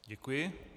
Děkuji.